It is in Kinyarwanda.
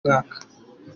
mwaka